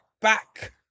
back